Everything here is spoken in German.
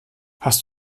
hast